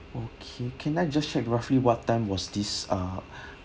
okay can I just check roughly what time was this ah